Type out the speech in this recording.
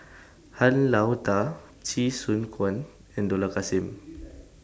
Han Lao DA Chee Soon Juan and Dollah Kassim